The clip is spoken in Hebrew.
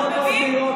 יכול מאוד להיות.